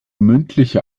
mündliche